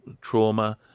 trauma